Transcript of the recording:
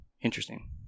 interesting